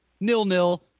Nil-nil